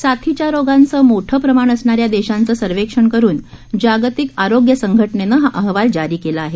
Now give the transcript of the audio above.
साथीच्या रोगांचं मोठं प्रमाण असणाऱ्या देशांचं सर्वेक्षण करून जागतिक आरोग्य संघटनेनं हा अहवाल जारी केला आहे